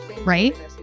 right